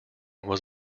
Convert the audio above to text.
was